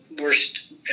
worst